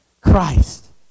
Christ